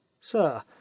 sir